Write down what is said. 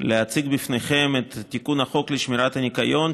להציג לפניכם את תיקון החוק לשמירת הניקיון,